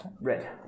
Red